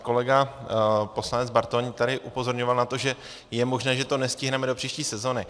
Kolega poslanec Bartoň tady upozorňoval na to, že je možné, že to nestihneme do příští sezóny.